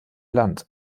land